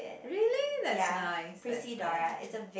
really that's nice that's nice